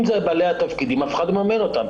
אם אלו בעלי התפקידים, אף אחד לא מממן אותם.